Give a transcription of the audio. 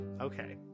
Okay